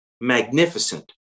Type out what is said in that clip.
magnificent